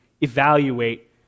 evaluate